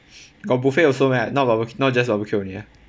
got buffet also meh not barbe~ not just barbecue only ah